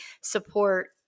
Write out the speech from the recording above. support